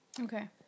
Okay